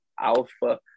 Alpha